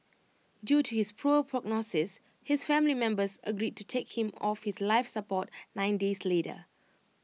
due to his poor prognosis his family members agreed to take him off life support nine days later